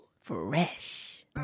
Fresh